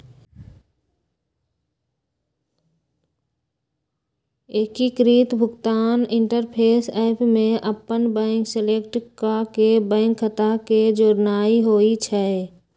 एकीकृत भुगतान interface app में अप्पन बैंक सेलेक्ट क के बैंक खता के जोड़नाइ होइ छइ